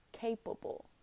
capable